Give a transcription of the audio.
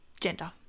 gender